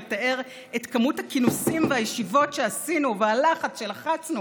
לתאר את כמות הכינוסים והישיבות שעשינו והלחץ שלחצנו